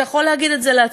אתה יכול לומר את זה לעצמך,